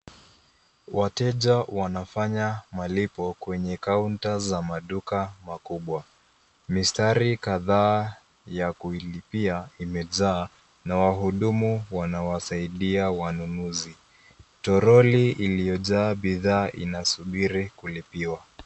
Wateja wanafanya malipo kwenye kaunta za maduka makubwa. Mistari kadhaa ya kuilipia imejaa na wahudumu wanawasaidia wanunuzi. Troli iliyojaa bidhaa inasubiri kulipiwa.